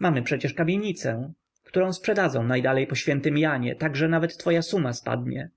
mamy przecie kamienicę którą sprzedadzą najdalej po ś janie tak że nawet twoja suma spadnie